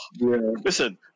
Listen